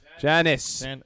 Janice